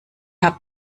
habt